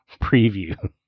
preview